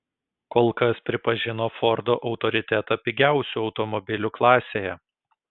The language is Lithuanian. kol kas pripažino fordo autoritetą pigiausių automobilių klasėje